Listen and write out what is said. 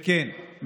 וכן,